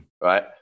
right